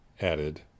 added